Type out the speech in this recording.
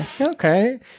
Okay